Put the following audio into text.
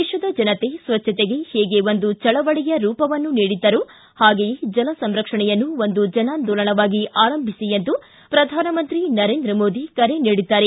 ದೇಶದ ಜನತೆ ಸ್ವಜ್ವತೆಗೆ ಹೇಗೆ ಒಂದು ಚಳವಳಿಯ ರೂಪವನ್ನು ನೀಡಿದ್ದರೋ ಹಾಗೆಯೇ ಜಲ ಸಂರಕ್ಷಣೆಯನ್ನೂ ಒಂದು ಜನಾಂದೋಲನವಾಗಿ ಆರಂಭಿಸಿ ಎಂದು ಪ್ರಧಾನಮಂತ್ರಿ ನರೇಂದ್ರ ಮೋದಿ ಕರೆ ನೀಡಿದ್ದಾರೆ